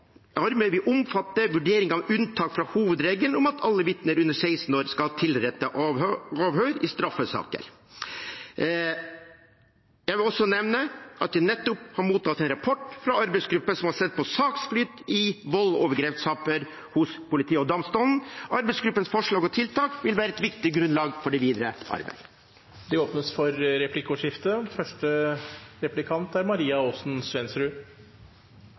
omfatte vurderinger av unntak fra hovedregelen om at alle vitner under 16 år skal ha tilrettelagt avhør i straffesaker. Jeg vil også nevne at jeg nettopp har mottatt en rapport fra arbeidsgruppen som har sett på saksflyt i volds- og overgrepssaker hos politiet og domstolen. Arbeidsgruppens forslag til tiltak vil være et viktig grunnlag for det videre arbeidet. Det blir replikkordskifte. Overgrep og vold mot barn er